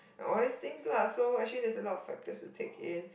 all these things lah so actually there is a lot of factors to take in